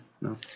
No